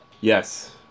Yes